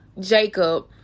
Jacob